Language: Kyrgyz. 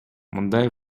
мындай